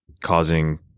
causing